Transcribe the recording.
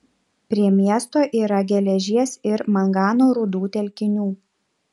prie miesto yra geležies ir mangano rūdų telkinių